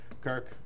Kirk